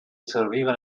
serviva